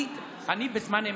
אני בזמן אמת,